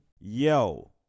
Yo